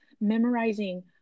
memorizing